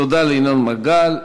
תודה לינון מגל.